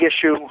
issue